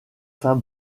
fins